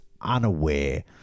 unaware